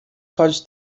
pode